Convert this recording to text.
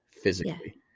physically